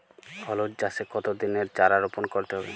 হলুদ চাষে কত দিনের চারা রোপন করতে হবে?